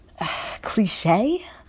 cliche